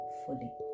fully